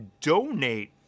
donate